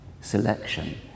selection